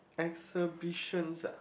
exhibitions ah